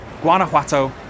Guanajuato